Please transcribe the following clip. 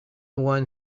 one